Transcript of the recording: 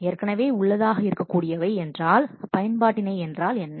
ஏற்கனவே உள்ளதாக இருக்ககூடியவை என்றாள் பயன்பாட்டினை என்றால் என்ன